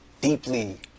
deeply